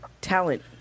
talent